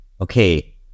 okay